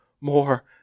more